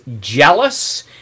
jealous